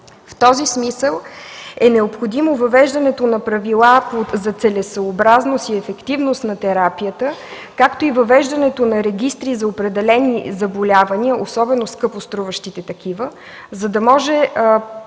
В този смисъл е необходимо въвеждането на правила за целесъобразност и ефективност на терапията, както и въвеждането на регистри за определени заболявания, особено скъпоструващите такива, за да може да